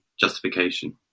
justification